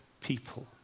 people